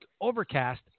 overcast